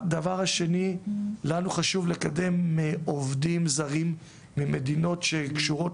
הדבר השני לנו חשוב לקדם עובדים זרים ממדינות שקשורות